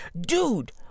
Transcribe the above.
dude